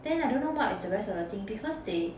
then I don't know what is the rest of the thing because they